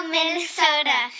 Minnesota